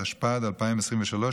התשפ"ד 2023,